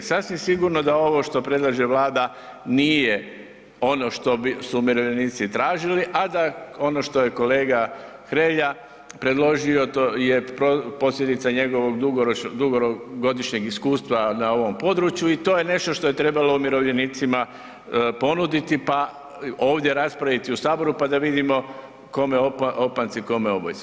Sasvim sigurno da ovo što predlaže Vlada nije ono što su umirovljenici tražili a da ono što je kolega Hrelja predložio, to je posljedica njegovog dugogodišnjeg iskustva na ovom području i to je nešto što je trebalo umirovljenicima ponuditi pa ovdje raspraviti u Saboru pa da vidimo kome opanci, kome obojci.